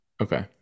Okay